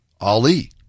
Ali